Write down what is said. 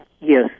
yes